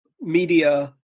media